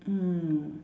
mm